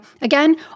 again